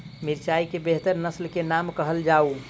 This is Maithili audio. मिर्चाई केँ बेहतर नस्ल केँ नाम कहल जाउ?